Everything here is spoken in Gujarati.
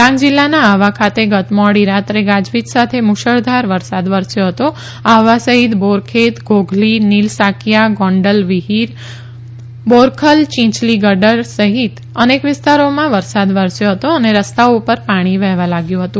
ડાંગ જિલ્લાના આહવા ખાતે ગત મોડી રાત્રે ગાજવીજ સાથે મુશળધાર વરસાદ વરસ્યો હતો આહવા સહિત બોરખેત ઘોઘલી નીલસાકિયા ગોંડલ વિહિર બોરખલ યીંયલી ગડદ સહિત અનેક વિસ્તારોમાં વરસાદ વરસ્યો હતો અને રસ્તાઓ પર પાણી વહેવા લાગ્યું હતું